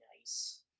nice